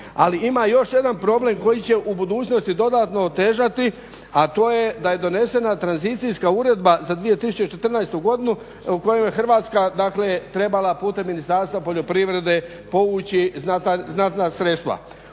Ali ima još jedan problem koji će u budućnosti dodatno otežati, a to je da je donesena tranzicijska uredba za 2014.godinu u kojoj Hrvatska trebala putem Ministarstva poljoprivrede povući znatna sredstva.